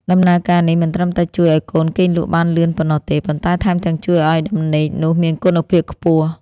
ដំណើរការនេះមិនត្រឹមតែជួយឱ្យកូនគេងលក់បានលឿនប៉ុណ្ណោះទេ ប៉ុន្តែថែមទាំងជួយឱ្យដំណេកនោះមានគុណភាពខ្ពស់